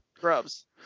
grubs